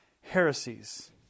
heresies